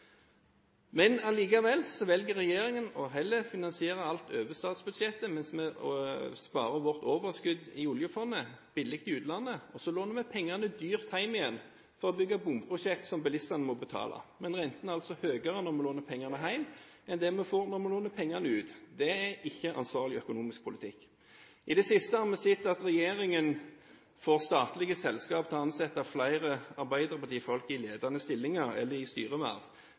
velger regjeringen heller å finansiere alt over statsbudsjettet, mens vi sparer vårt overskudd i oljefondet billig i utlandet. Så låner vi pengene dyrt hjem igjen for å bygge bomprosjekter som bilistene må betale. Men rentene er altså høyere når vi låner pengene hjem, enn det vi får når vi låner pengene ut. Det er ikke ansvarlig økonomisk politikk. I det siste har vi sett at regjeringen får statlige selskap til å ansette flere arbeiderpartifolk i ledende stillinger eller i styreverv. Det ville vært mer